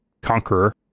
conqueror